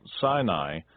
Sinai